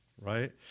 Right